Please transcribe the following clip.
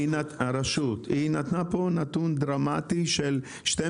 היא נתנה פה נתון דרמטי של 12 אחוזים